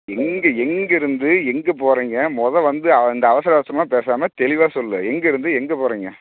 எங்கே எங்கேருந்து எங்கே போகிறீங்க மொதல் வந்து இந்த அவசர அவசரமாக பேசாமா தெளிவாக சொல்லு எங்கேருந்து எங்கே போகிறீங்க